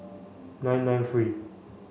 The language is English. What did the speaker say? nine nine three